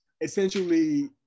essentially